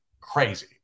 crazy